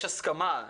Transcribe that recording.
בוקר טוב לכולם,